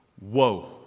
Whoa